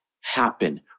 happen